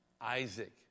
Isaac